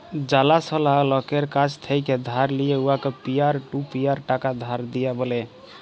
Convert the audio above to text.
জালাশলা লকের কাছ থ্যাকে ধার লিঁয়ে উয়াকে পিয়ার টু পিয়ার টাকা ধার দিয়া ব্যলে